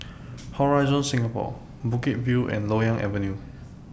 Horizon Singapore Bukit View and Loyang Avenue